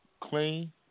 clean